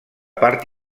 part